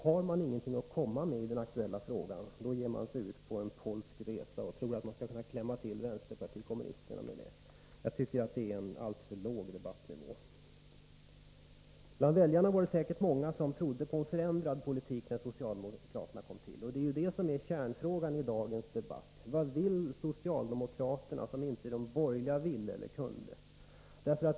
Har man ingenting att komma med i den aktuella frågan ger man sig ut på en polsk resa och tror att man skall kunna klämma till vänsterpartiet kommunisterna med det. Det är en alltför låg debattnivå. Bland väljarna var det säkert många som trodde på en förändrad politik när socialdemokraterna kom till makten. Och det är det som är kärnfrågan i dagens debatt: Vad vill socialdemokraterna som de borgerliga inte ville eller kunde?